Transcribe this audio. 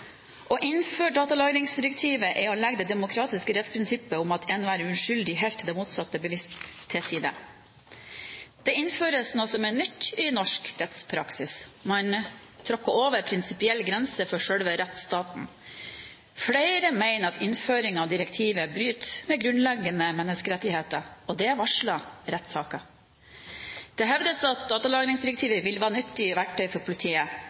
Å innføre datalagringsdirektivet er å legge det demokratiske rettsprinsippet om at enhver er uskyldig inntil det motsatte er bevist, til side. Det innføres noe som er nytt i norsk rettspraksis. Man tråkker over en prinsipiell grense for selve rettsstaten. Flere mener at innføring av direktivet bryter med grunnleggende menneskerettigheter, og det er varslet rettssaker. Det hevdes at datalagringsdirektivet vil være et nyttig verktøy for politiet.